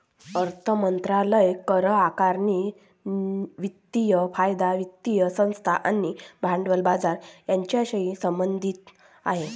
अर्थ मंत्रालय करआकारणी, वित्तीय कायदा, वित्तीय संस्था आणि भांडवली बाजार यांच्याशी संबंधित आहे